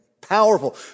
Powerful